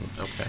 Okay